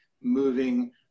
moving